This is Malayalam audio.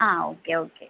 ആ ഓക്കെ ഓക്കെ